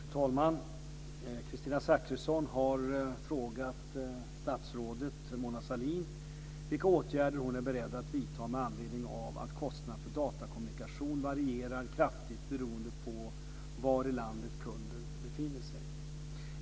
Fru talman! Kristina Zakrisson har frågat statsrådet Mona Sahlin vilka åtgärder hon är beredd att vidta med anledning av att kostnaderna för datakommunikation varierar kraftigt beroende på var i landet kunden befinner sig.